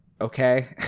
okay